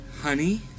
Honey